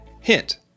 Hint